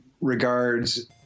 regards